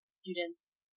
students